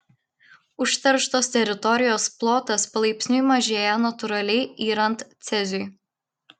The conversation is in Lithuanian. užterštos teritorijos plotas palaipsniui mažėja natūraliai yrant ceziui